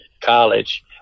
college